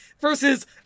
versus